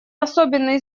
особенный